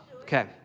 Okay